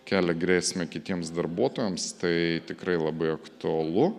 kelia grėsmę kitiems darbuotojams tai tikrai labai aktualu